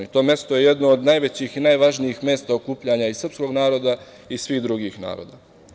To mesto je jedno od najvećih i najvažnijih mesta okupljanja i srpskog naroda i svih drugih naroda.